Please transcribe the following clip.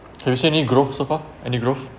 can you see any growth so far any growth